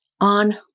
on